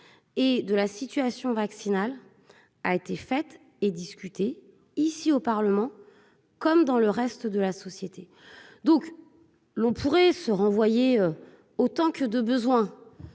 et de la situation vaccinale a été faite et discuter ici, au Parlement comme dans le reste de la société, donc, l'on pourrait se renvoyer autant que de besoin,